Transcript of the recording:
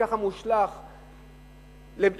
וככה מושלך לבית-מעצר,